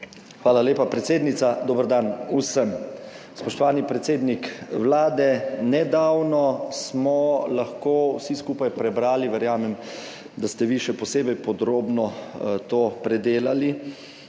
Hvala lepa, predsednica. Dober dan vsem! Spoštovani predsednik Vlade! Nedavno smo lahko vsi skupaj prebrali, verjamem, da ste vi še posebej podrobno to predelali,